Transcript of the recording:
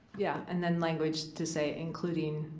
yeah and then language to say, including,